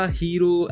hero